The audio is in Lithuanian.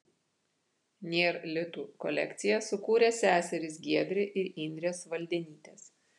nėr litų kolekciją sukūrė seserys giedrė ir indrė svaldenytės